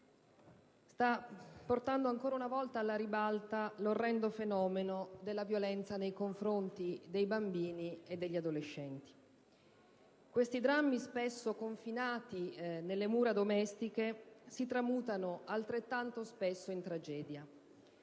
sta portando ancora una volta alla ribalta l'orrendo fenomeno della violenza nei confronti dei bambini e degli adolescenti. Questi drammi, spesso confinati nelle mura domestiche, si tramutano altrettanto spesso in tragedia.